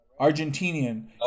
Argentinian